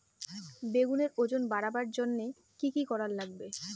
বেগুনের ওজন বাড়াবার জইন্যে কি কি করা লাগবে?